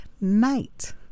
night